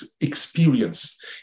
experience